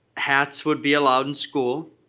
hats would be allowed in school